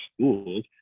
schools